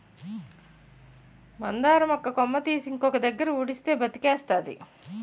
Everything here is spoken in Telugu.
మందార మొక్క కొమ్మ తీసి ఇంకొక దగ్గర ఉడిస్తే బతికేస్తాది